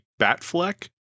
Batfleck